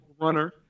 runner